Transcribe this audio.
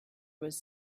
was